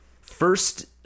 First